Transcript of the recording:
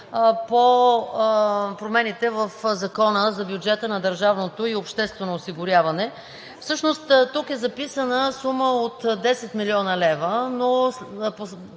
по промените в Закона за бюджета на държавното и обществено осигуряване. Всъщност тук е записана сума от 10 млн. лв., но